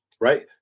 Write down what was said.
right